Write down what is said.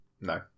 No